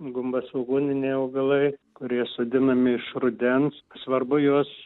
gumbasvogūniniai augalai kurie sodinami iš rudens svarbu juos